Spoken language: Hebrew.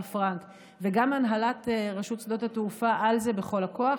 פרנק וגם הנהלת רשות שדות התעופה על זה בכל הכוח.